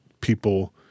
people